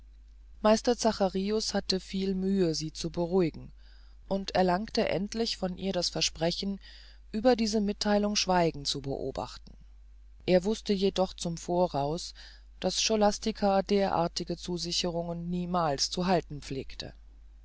meister zacharins hatte viel mühe sie zu beruhigen und erlangte endlich von ihr das versprechen über diese mittheilung schweigen zu beobachten er wußte jedoch zum voraus daß scholastica derartige zusicherungen niemals zu halten pflegte